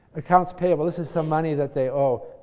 accounts payable, this is some money that they owe.